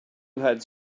heads